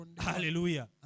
Hallelujah